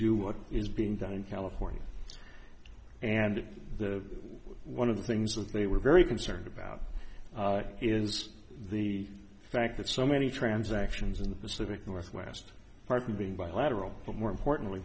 do what is being done in california and the one of the things which they were very concerned about is the fact that so many transactions in the pacific northwest part being bilateral but more important